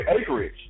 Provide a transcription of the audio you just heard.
acreage